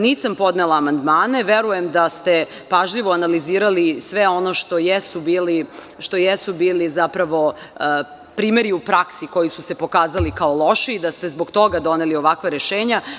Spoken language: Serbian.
Nisam podnela amandmane i verujem da ste pažljivo analiziralisve ono što jesu bili primeri u praksi koji su se pokazali kao loši i da ste zbog toga doneli ovakva rešenja.